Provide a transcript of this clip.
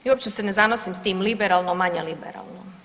I uopće se ne zanosim s tim liberalno, manje liberalno.